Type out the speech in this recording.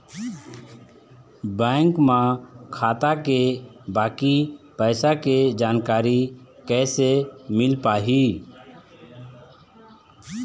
Bank म खाता के बाकी पैसा के जानकारी कैसे मिल पाही?